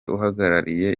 uhagarariye